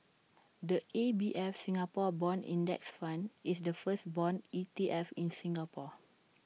the A B F Singapore Bond index fund is the first Bond E T F in Singapore